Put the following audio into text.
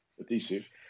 adhesive